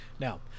now